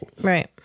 Right